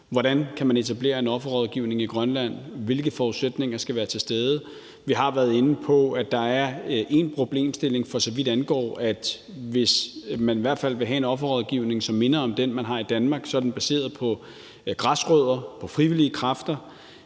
hvordan man kan etablere en offerrådgivning i Grønland, og hvilke forudsætninger der skal være til stede. Vi har været inde på, at der er en problemstilling, i hvert fald hvis man vil have en offerrådgivning, som minder om den, man har i Danmark, og det er, at den er baseret på græsrødder, på frivillige kræfter.